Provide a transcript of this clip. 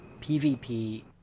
PvP